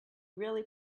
really